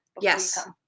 Yes